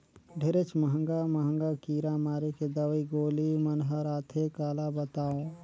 ढेरेच महंगा महंगा कीरा मारे के दवई गोली मन हर आथे काला बतावों